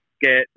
get